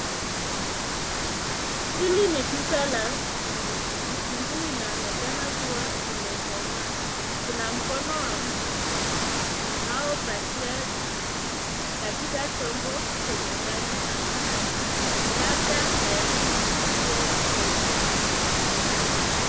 Hili ni duka la vitunguu. Vitunguu inaonekana kuwa zimekomaa. Kuna mkono wa mtu unaopakia vitunguu katika chombo chenye rangi samawati labda tayari kuuzia wateja.